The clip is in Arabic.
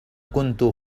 كنت